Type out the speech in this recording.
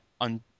on